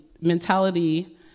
mentality